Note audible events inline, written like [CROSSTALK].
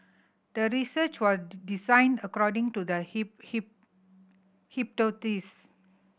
the research was designed according to the [UNINTELLIGIBLE]